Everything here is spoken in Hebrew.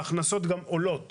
ההכנסות עולות